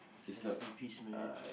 let's be peace man